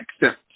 accept